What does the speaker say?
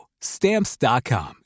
Stamps.com